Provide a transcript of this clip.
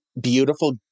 beautiful